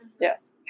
yes